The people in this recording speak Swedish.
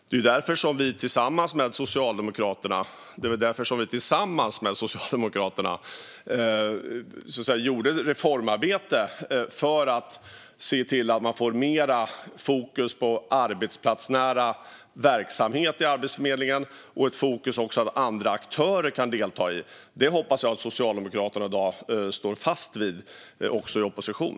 Det var därför vi tillsammans med Socialdemokraterna gjorde ett reformarbete för att se till att få mer fokus på arbetsplatsnära verksamhet i Arbetsförmedlingen och på att andra aktörer kan delta. Det hoppas jag att Socialdemokraterna i dag står fast vid också i opposition.